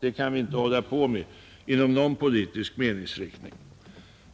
Det kan vi inte hålla på med inom någon politisk meningsriktning.